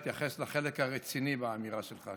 אתייחס לחלק הרציני באמירה שלך,